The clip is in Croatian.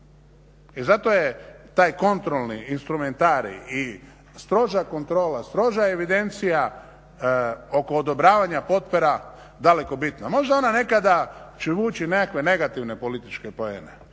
I zato je taj kontrolni instrumentarij i stroža kontrola i stroža evidencija oko odobravanja potpora daleko bitna. Možda ona nekada luči nekakve negativne političke poene